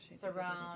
surround